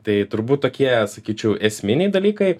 tai turbūt tokie sakyčiau esminiai dalykai